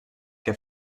que